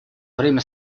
время